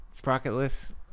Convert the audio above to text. sprocketless